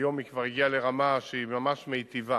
היום היא כבר הגיעה לרמה שהיא ממש מיטיבה